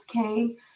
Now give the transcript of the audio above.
okay